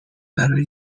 برای